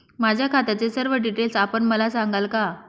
माझ्या खात्याचे सर्व डिटेल्स आपण मला सांगाल का?